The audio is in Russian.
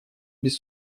без